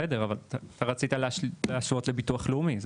בסדר אבל אתה רצית להשוות לביטוח לאומי.